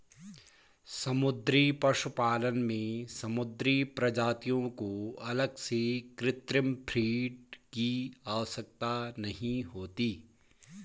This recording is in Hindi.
समुद्री पशुपालन में समुद्री प्रजातियों को अलग से कृत्रिम फ़ीड की आवश्यकता नहीं होती